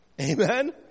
Amen